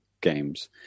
games